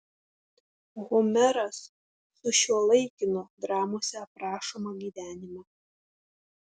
homeras sušiuolaikino dramose aprašomą gyvenimą